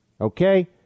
Okay